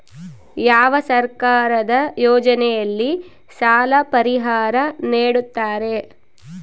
ಯಾವ ಸರ್ಕಾರದ ಯೋಜನೆಯಲ್ಲಿ ಸಾಲ ಪರಿಹಾರ ನೇಡುತ್ತಾರೆ?